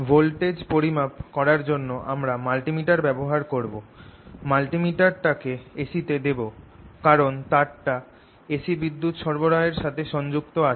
voltage পরিমাপ করার জন্য আমরা মাল্টিমিটার ব্যবহার করব মাল্টিমিটারটাকে AC তে দেব কারণ তারটা AC বিদ্যুৎ সরবরাহের সাথে সংযুক্ত আছে